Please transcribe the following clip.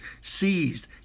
seized